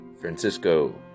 Francisco